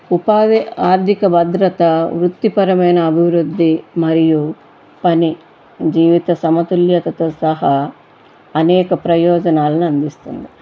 ఉపాధి ఆర్దిక భద్రత వృత్తిపరమైన అభివృద్ధి మరియు పని జీవిత సమతుల్యతతో సహా అనేక ప్రయోజనాలని అందిస్తుంది